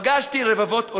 פגשתי רבבות עולים,